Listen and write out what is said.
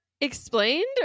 explained